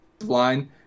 line –